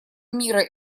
мира